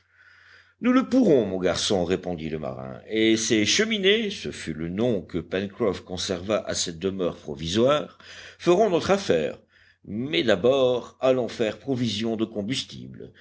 nous le pourrons mon garçon répondit le marin et ces cheminées ce fut le nom que pencroff conserva à cette demeure provisoire feront notre affaire mais d'abord allons faire provision de combustible